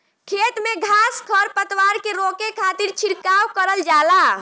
खेत में घास खर पतवार के रोके खातिर छिड़काव करल जाला